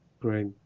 Great